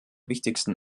wichtigsten